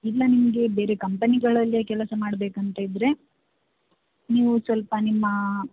ಇಲ್ಲ ನಿಮಗೆ ಬೇರೆ ಕಂಪನಿಗಳಲ್ಲೇ ಕೆಲಸ ಮಾಡಬೇಕಂತ ಇದ್ದರೆ ನೀವು ಸ್ವಲ್ಪ ನಿಮ್ಮ